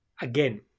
Again